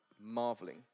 marveling